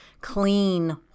clean